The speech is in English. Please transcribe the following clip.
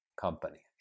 company